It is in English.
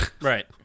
Right